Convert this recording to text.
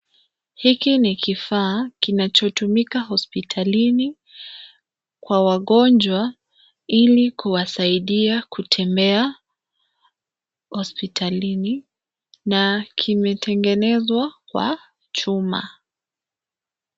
Hiki ni kifaa kinachotumika hospitalini kwa wagonjwa ili kuwasaidia kutembea hospitalini. Na kimetengenezwa kwa chuma.